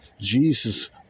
Jesus